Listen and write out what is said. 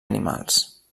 animals